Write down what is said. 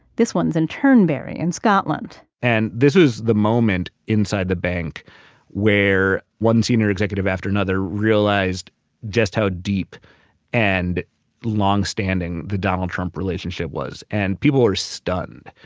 this one's in turnberry in scotland and this was the moment inside the bank where one senior executive after another realized just how deep and longstanding the donald trump relationship was. and people were stunned,